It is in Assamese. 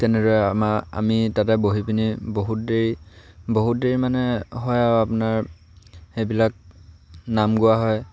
তেনেদৰে আমাৰ আমি তাতে বহি পিনি বহুত দেৰি বহুত দেৰি মানে হয় আৰু আপোনাৰ সেইবিলাক নাম গোৱা হয়